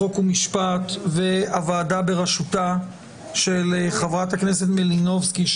חוק ומשפט ולוועדה בראשותה של חברת הכנסת מלינובסקי,